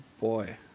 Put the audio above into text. Boy